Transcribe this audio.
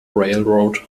railroad